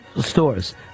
stores